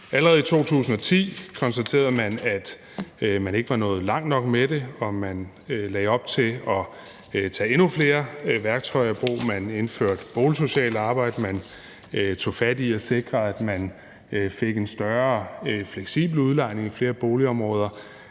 allerede i 2010 konstaterede man, at man ikke var nået langt nok med det, og man lagde op til at tage endnu flere værktøjer i brug. Man indførte boligsocialt arbejde, og man tog fat i at sikre, at der kom en mere fleksibel udlejning i flere boligområder.